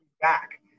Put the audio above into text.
back